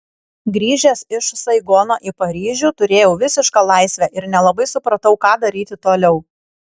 grįžęs iš saigono į paryžių turėjau visišką laisvę ir nelabai supratau ką daryti toliau